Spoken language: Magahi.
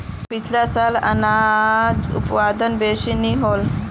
पिछला साल अनाज उत्पादन बेसि नी होल